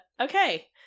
Okay